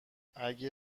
اگه